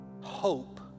hope